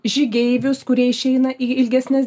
žygeivius kurie išeina į ilgesnes